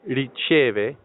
riceve